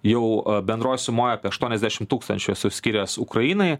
jau a bendroj sumoj apie aštuoniasdešim tūkstančių esu skyręs ukrainai